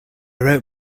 wrote